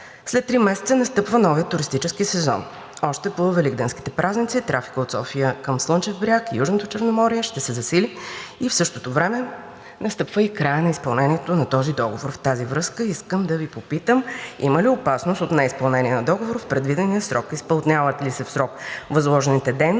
След три месеца настъпва новият туристически сезон и още по Великденските празници трафикът от София към Слънчев бряг и Южното Черноморие ще се засили и в същото време настъпва и краят на изпълнението на този договор. В тази връзка искам да Ви попитам: има ли опасност от неизпълнение на договора в предвидения срок? Изпълняват ли се в срок възложените